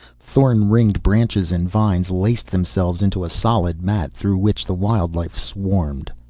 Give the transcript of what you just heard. thorn-ringed branches and vines laced themselves into a solid mat, through which the wild life swarmed.